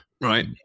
right